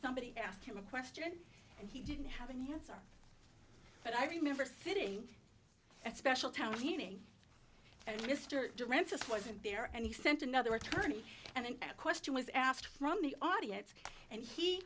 somebody ask him a question and he didn't have any answers but i remember sitting at a special town meeting and mr durant's just wasn't there and he sent another attorney and a question was asked from the audience and he